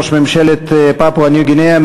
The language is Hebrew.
ראש ממשלת פפואה ניו-גינאה,